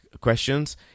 questions